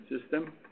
system